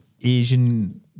Asian